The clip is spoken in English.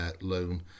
loan